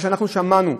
מספיק מה שאנחנו שמענו,